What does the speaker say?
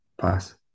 Pass